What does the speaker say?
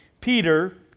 Peter